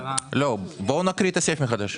לא, בואו נקריא את הסעיף מחדש.